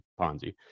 Ponzi